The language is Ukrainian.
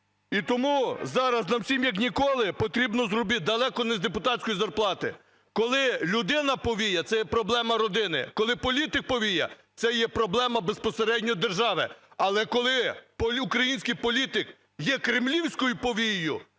І тому зараз нам всім, як ніколи, потрібно зробити... Далеко не з депутатської зарплати. Коли людина-повія – це проблема родини, коли політик-повія – це є проблема безпосередньо держави. Але коли український політик є кремлівською повією,